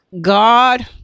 God